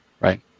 Right